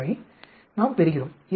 00011 ஐ நாம் பெறுகிறோம்